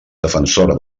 defensora